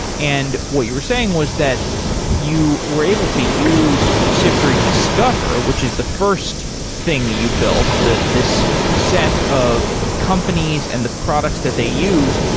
and what you were saying was that you were able to use siftery discover, which is the first thing that you built, this set of companies and the products that they use,